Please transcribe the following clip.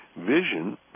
vision